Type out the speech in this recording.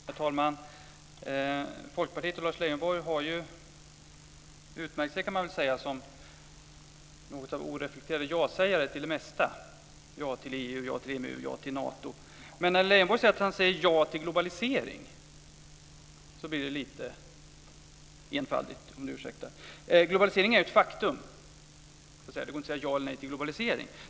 Herr talman! Folkpartiet och Lars Leijonborg kan ju anses ha utmärkt sig som något av ja-sägare till det mesta, med ja till EU, ja till EMU och ja till Nato. Men när Leijonborg anför att han säger ja till globalisering blir det - ursäkta uttrycket - lite enfaldigt. Globaliseringen är ett faktum. Det går inte att säga ja eller nej till globalisering.